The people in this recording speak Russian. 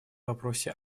вопросе